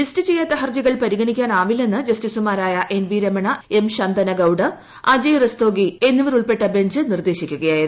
list ചെയ്യാത്ത ഹർജികൾ പരിഗണിക്കാനാവില്ലെന്ന് ജസ്റ്റിസുമാരായ N V Ramana M Shantanagoudar Ajay Rastogi എന്നിവർ ഉൾപ്പെട്ട ബെഞ്ച് നിർദ്ദേശിക്കുകയായിരുന്നു